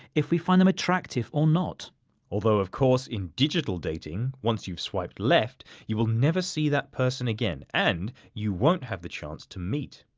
if we find them attractive or not. dan although of course in digital dating, once you've swiped left you will never see that person again and you won't have the chance to meet.